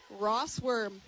Rossworm